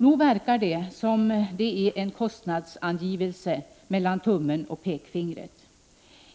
Nog verkar det som om det är en kostnadsangivelse mellan tummen och pekfingret.